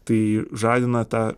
tai žadina tą